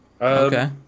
Okay